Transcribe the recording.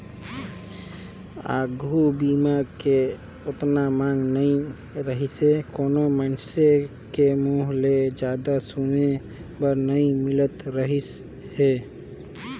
आघू बीमा के ओतना मांग नइ रहीसे कोनो मइनसे के मुंहूँ ले जादा सुने बर नई मिलत रहीस हे